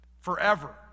forever